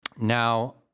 Now